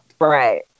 right